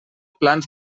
plans